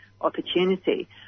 opportunity